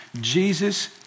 Jesus